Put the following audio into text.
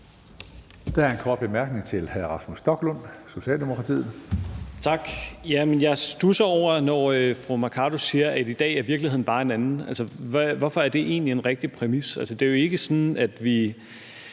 Jeg studser over det, når fru Mai Mercado siger, at i dag er virkeligheden bare en anden. Altså, hvorfor er det egentlig en rigtig præmis? Det er jo ikke sådan, at vi